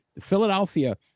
Philadelphia